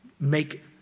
make